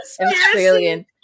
Australian